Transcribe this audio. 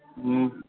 हूँ